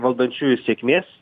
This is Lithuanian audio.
valdančiųjų sėkmės